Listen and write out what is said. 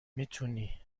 میتونی